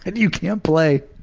and you can't play.